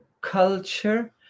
culture